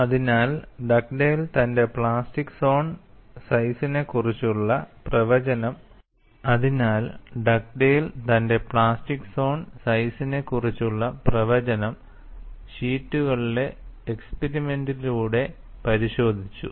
അതിനാൽ ഡഗ്ഡേൽ തന്റെ plastic zone സൈസിനെക്കുറിച്ചുള്ള പ്രവചനം ഷീറ്റുകളിലെ എക്സ്പിരിമെന്റിലൂടെ പരിശോധിച്ചു